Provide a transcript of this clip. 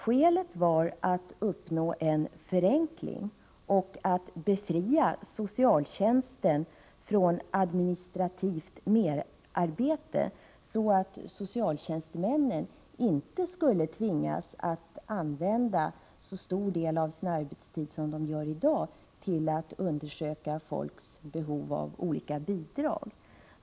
Skälet var att uppnå en förenkling och att befria socialtjänsten från administrativt merarbete, så att socialtjänstemännen inte skulle tvingas att använda så stor del av sin arbetstid som de gör i dag till att undersöka människors behov av olika bidrag.